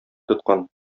тоткан